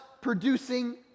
producing